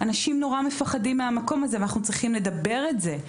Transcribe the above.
אנשים נורא מפחדים מהמקום הזה ואנחנו צריכים לדבר את זה,